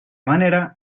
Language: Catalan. manera